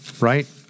right